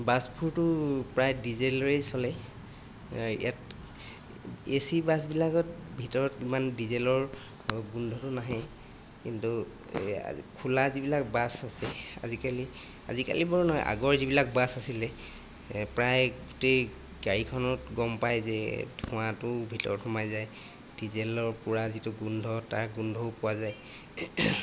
বাছবোৰতো প্ৰায় ডিজেলৰেই চলে ইয়াত এচি বাছবিলাকত ভিতৰত ইমান ডিজেলৰ গোন্ধটো নাহে কিন্তু খোলা যিবিলাক বাছ আছে আজিকালি আজিকালি বাৰু নহয় আগৰ যিবিলাক বাছ আছিলে প্ৰায় গোটেই গাড়ীখনত গম পায় যে ধোঁৱাটো ভিতৰত সোমাই যায় ডিজেলৰ পুৰা যিটো গোন্ধ তাৰ গোন্ধও পোৱা যায়